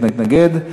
מתנגד.